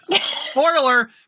Spoiler